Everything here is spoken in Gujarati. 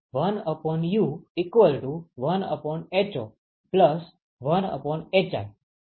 તેથી 1U 1ho 1hi